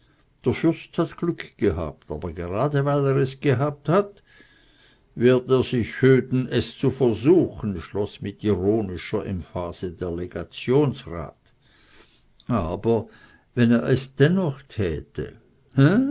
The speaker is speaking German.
der fürst hat glück gehabt aber gerade weil er es gehabt hat wird er sich hüten es zu versuchen schloß mit ironischer emphase der legationsrat aber wenn er es dennoch täte